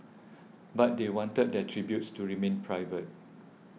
but they wanted their tributes to remain private